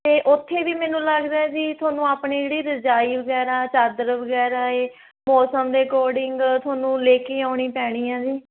ਅਤੇ ਉੱਥੇ ਵੀ ਮੈਨੂੰ ਲੱਗਦਾ ਜੀ ਤੁਹਾਨੂੰ ਆਪਣੇ ਜਿਹੜੀ ਰਜਾਈ ਵਗੈਰਾ ਚਾਦਰ ਵਗੈਰਾ ਏ ਮੌਸਮ ਦੇ ਅਕੋਡਿੰਗ ਤੁਹਾਨੂੰ ਲੈ ਕੇ ਆਉਣੀ ਪੈਣੀ ਆ ਜੀ